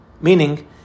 Meaning